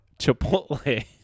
Chipotle